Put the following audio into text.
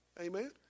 Amen